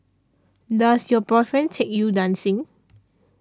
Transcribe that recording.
does your boyfriend take you dancing